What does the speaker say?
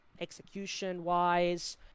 execution-wise